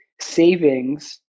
savings